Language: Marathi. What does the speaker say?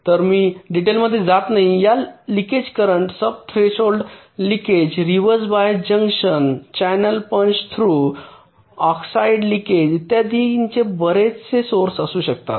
तर मी डिटेल मध्ये जात नाही या leakage current sub threshold leakage reverse bias junction channel punch through oxide leakage इत्यादींचे बरेच सौर्स असू शकतात